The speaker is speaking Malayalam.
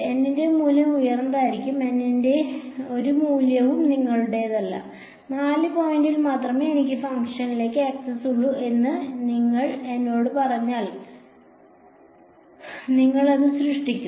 N ന്റെ മൂല്യം ഉയർന്നതായിരിക്കും N ന്റെ ഒരു മൂല്യവും നിങ്ങളുടേതല്ല 4 പോയിന്റിൽ മാത്രമേ എനിക്ക് ഫംഗ്ഷനിലേക്ക് ആക്സസ് ഉള്ളൂ എന്ന് നിങ്ങൾ എന്നോട് പറഞ്ഞാൽ നിങ്ങൾ അത് സൃഷ്ടിക്കും